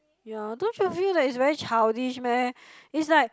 ya don't you feel like it's very childish meh is like